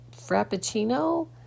Frappuccino